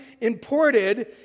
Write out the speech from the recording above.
imported